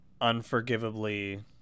unforgivably